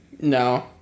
No